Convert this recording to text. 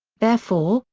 therefore,